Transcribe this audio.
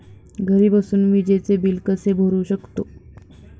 घरी बसून विजेचे बिल कसे भरू शकतो?